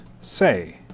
say